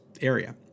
area